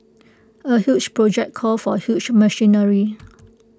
A huge project calls for huge machinery